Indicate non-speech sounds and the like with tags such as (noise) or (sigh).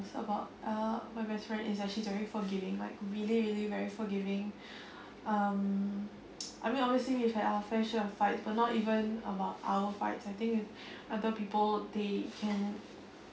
it's about uh my best friend is actually very forgiving like really really very forgiving (breath) um I mean obviously we've had our friendship and fight but not even about our fights I think with other people they can